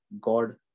God